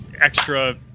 extra